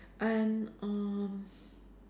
and uh